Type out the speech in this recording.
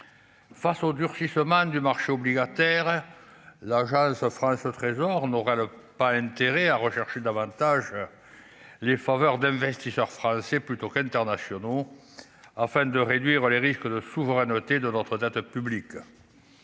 face au durcissement du marché obligataire, l'Agence France Trésor n'aura pas intérêt à rechercher davantage les faveurs d'investisseurs français plutôt qu'internationaux afin de réduire les risques de s'ouvre noter de notre dette publique,